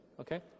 okay